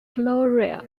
gloria